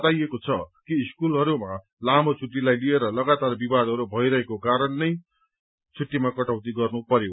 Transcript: बताइएको छ कि स्कूलहरूमा लामो छुट्टीलाई लिएर लगातार विवादहरू भइरहेको कारणले नै छुट्टीमा कटौती गर्नुपरयो